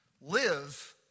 Live